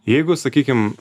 jeigu sakykim